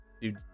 dude